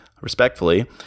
respectfully